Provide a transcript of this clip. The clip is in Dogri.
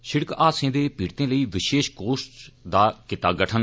सिड़क हादसें दे पीड़ितें लेई विषेश कोश दा कीता गठन